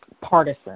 partisan